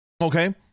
okay